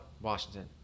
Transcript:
Washington